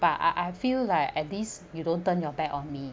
but I I feel like at least you don't turn your back on me